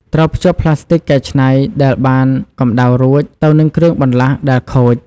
ត្រូវភ្ជាប់ផ្លាស្ទិកកែច្នៃដែលបានកំដៅរួចទៅនឹងគ្រឿងបន្លាស់ដែលខូច។